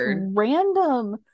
random